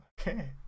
Okay